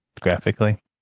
Graphically